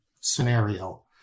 scenario